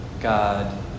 God